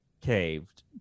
caved